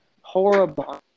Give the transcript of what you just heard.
Horrible